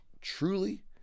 truly